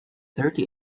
thirty